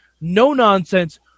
no-nonsense